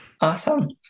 Awesome